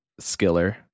Skiller